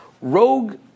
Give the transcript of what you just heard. rogue